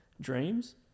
dreams